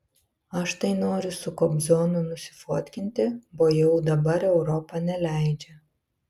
aš tai noriu su kobzonu nusifotkinti bo jau dabar europa neleidžia